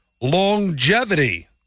longevity